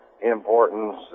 importance